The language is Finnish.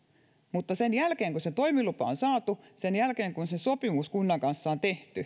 mutta sen jälkeen kun se toimilupa on saatu sen jälkeen kun se sopimus kunnan kanssa on tehty